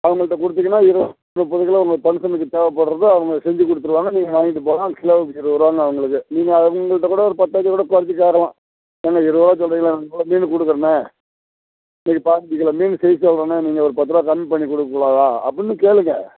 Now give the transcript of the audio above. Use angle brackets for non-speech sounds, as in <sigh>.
அவங்கள்ட்ட கொடுத்திங்கன்னா இருபது முப்பது கிலோ உங்களுக்கு ஃபங்க்ஷனுக்கு தேவைப்படுறத அவங்க செஞ்சு கொடுத்துருவாங்க நீங்கள் வாங்கிட்டு போகலாம் கிலோவுக்கு இருபது ரூவா தான் உங்களுக்கு நீங்கள் அவங்கள்ட்ட கூட ஒரு பத்து ரூவாய்க்கு கூட கொறைச்சி கேட்கலாம் ஏங்க இருபது ரூவா சொல்கிறிங்களே நான் இவ்வளோ மீன் கொடுக்கறனே இன்றைக்கு பாஞ்சி கிலோ மீன் <unintelligible> நீங்கள் ஒரு பத்து ரூபா கம்மி பண்ணி கொடுக்கக்கூடாதா அப்புடின்னு கேளுங்கள்